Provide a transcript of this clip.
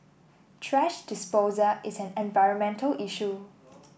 thrash disposal is an environmental issue